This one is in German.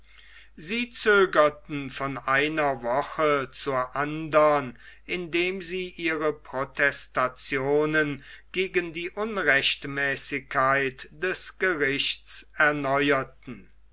sie zögerten von einer woche zur andern indem sie ihre protestationen gegen die unrechtmäßigkeit des gerichts erneuerten